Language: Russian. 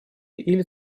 или